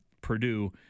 Purdue